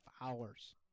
hours